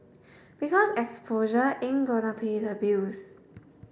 because exposure ain't gonna pay the bills